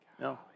No